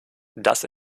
das